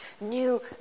new